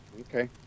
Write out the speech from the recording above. okay